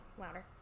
louder